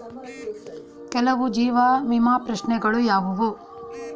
ಕೆಲವು ಜೀವ ವಿಮಾ ಪ್ರಶ್ನೆಗಳು ಯಾವುವು?